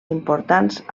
importants